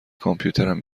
کامپیوترم